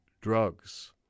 drugs